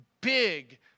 big